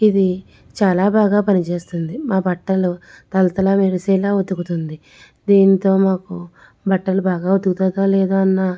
ఇది చాలా బాగా పనిచేస్తుంది మా బట్టలు తళ తళ మెరిసేలా ఉతుకుతుంది దీంతో మాకు బట్టలు బాగా ఉతుకుతుందో లేదో అన్న